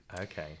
Okay